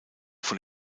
vor